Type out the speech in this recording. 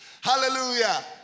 Hallelujah